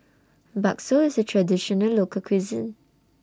Bakso IS A Traditional Local Cuisine